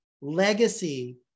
legacy